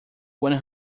one